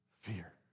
fear